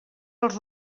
els